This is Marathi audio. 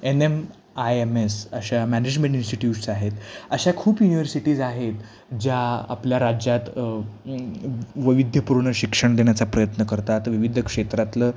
N M I M S अशा मॅनेजमेंट इन्स्टिट्यूट्स आहेत अशा खूप युनिवर्सिटीज आहेत ज्या आपल्या राज्यात वैविध्यपूर्ण शिक्षण देण्याचा प्रयत्न करतात विविध क्षेत्रातलं